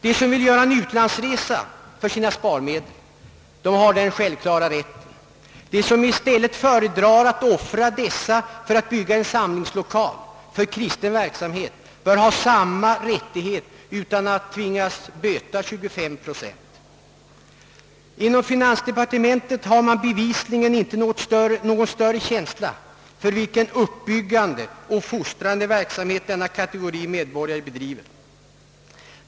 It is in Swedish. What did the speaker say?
De som vill företa en utlandsresa för sina sparmedel, har den självklara rätten att göra det. De som i stället föredrar att använda pengarna för att bygga en samlingslokal för kristen verksamhet bör ha samma rättighet utan att tvingas böta 25 procent av byggnadskostnaderna. Inom finansdepartementet har man bevisligen inte någon uppfattning om eller större känsla för den uppbyggande och fostrande verksamhet som denna kategori medborgare bedriver.